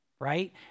right